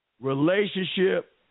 relationship